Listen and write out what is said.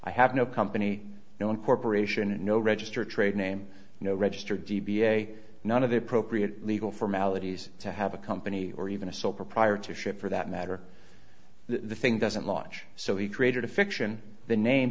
i have no company no incorporation no register tradename no register d b a none of the appropriate legal formalities to have a company or even a sole proprietorship for that matter the thing doesn't launch so he created a fiction the name